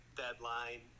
deadline